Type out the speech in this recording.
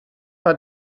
war